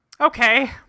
Okay